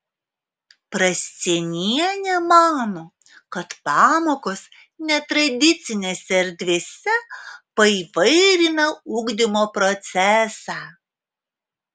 prascienienė mano kad pamokos netradicinėse erdvėse paįvairina ugdymo procesą